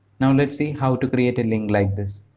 now, lets see how to create a link like this.